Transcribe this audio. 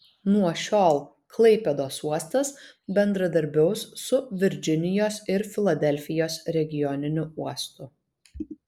nuo šiol klaipėdos uostas bendradarbiaus su virdžinijos ir filadelfijos regioniniu uostu